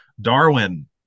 Darwin